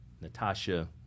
Natasha